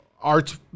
art